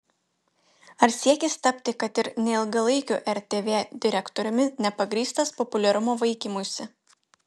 ar siekis tapti kad ir neilgalaikiu rtv direktoriumi nepagrįstas populiarumo vaikymusi